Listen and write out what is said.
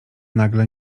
nagle